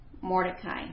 Mordecai